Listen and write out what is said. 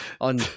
On